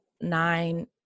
nine